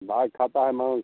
बाघ खाता है माँस